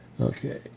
Okay